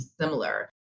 similar